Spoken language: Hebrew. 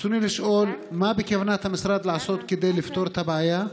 רצוני לשאול: 1. מה בכוונת המשרד לעשות כדי לפתור את הבעיה?